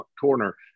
corner